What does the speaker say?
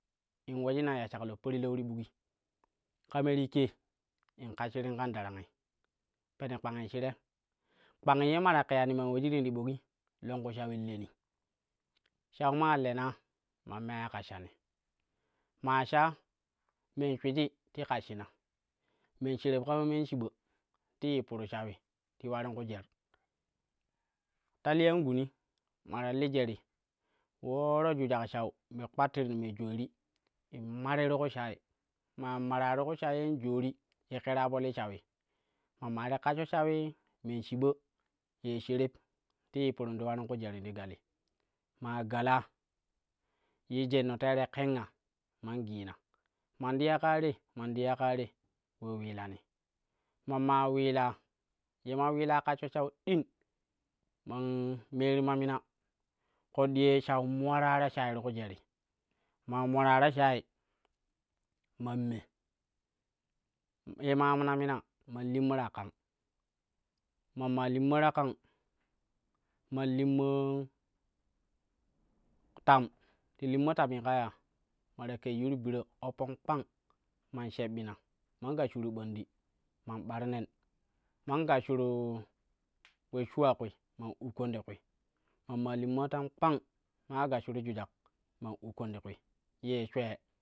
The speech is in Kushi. In ulejina ina ya shaklo parilau ti bukgi, ka me ti je in ashshirim kan darangi peno kpangi shire, lpangi ye mata keyani man ulejirin ti bukgi in leni lau maa lena man meyai kashshani maa shaa men shuiji ti kashshina, men shareb kama men shiba ti yippuru shawu ti warin ke jer. Ta liyan guni ma ta li jeri ulooro jujak shai me kpattirim me joori in mariti ku shayi maa mara ti ku shayi ye joori ye kere po li shawi ma maa ti kashsho shawi, men shiba, men shereb ti yippuru ti ularin ku jeri to gali maa galaa ye jorno tere kenga man gina, manti ya kaa te manti ya kaate ule milani ma maa ulida ye ma itla kashsho shawi ding man meru ma mina. Ƙoɗɗi shau muulara ta shayi ti jeri maa mwara ta shayi man me ye ma amna mina man limma ta kango man maa limma ta kang man limma tam. Ti limma tami ka ya? Ma ta keyyuru biro man shebbina man gashshuro ɓandi man ɓarnan man gashshuru ule shuwa kwi man ukkan ti kwi man maa limma tam kpang man ula gashshuru jujak man ukkan ti kwi yee shwee.